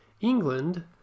England